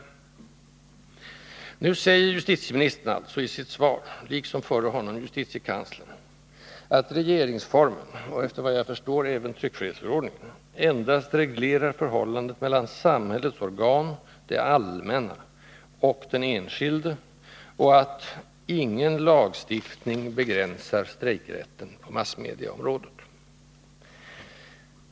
Nu säger justitieministern alltså i sitt svar, liksom före honom justitiekanslern, att regeringsformen — och efter vad jag förstår även tryckfrihetsförordningen — endast reglerar förhållandet mellan samhällets organ — ”det allmänna” — och den enskilde, och att ”ingen lagstiftning begränsar strejkrätten på massmediaområdet”.